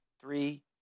Three